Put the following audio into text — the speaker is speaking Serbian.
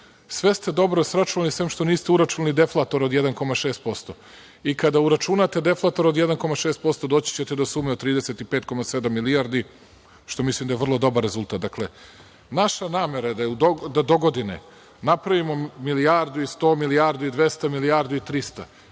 Sve ste dobro sračunali, sem što niste uračunali deflator od 1,6% i kada uračunate deflator od 1,6%, doći ćete do sume od 35,7 milijardi, što je mislim da je vrlo dobar rezultat. Dakle, naša namera je da dogodine napravimo milijardu i 100 milijardi i 200 milijardi i